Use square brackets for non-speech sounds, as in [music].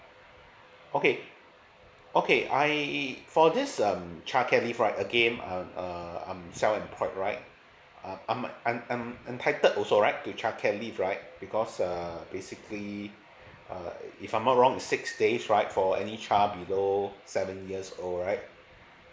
okay okay I for this um childcare leave right again um uh I'm self employed right uh I'm I'm I'm entitled also right to childcare leave right because err basically [breath] uh if I'm not wrong is six days right for any child below seven years old right